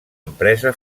empresa